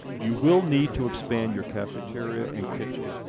you will need to expand your cafeteria and kitchen.